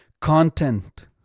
content